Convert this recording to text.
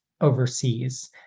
overseas